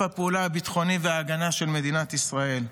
הפעולה הביטחוני וההגנה של מדינת ישראל,